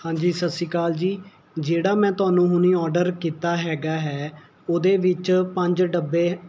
ਹਾਂਜੀ ਸਤਿ ਸ਼੍ਰੀ ਅਕਾਲ ਜੀ ਜਿਹੜਾ ਮੈਂ ਤੁਹਾਨੂੰ ਹੁਣੇ ਔਡਰ ਕੀਤਾ ਹੈਗਾ ਹੈ ਉਹਦੇ ਵਿੱਚ ਪੰਜ ਡੱਬੇ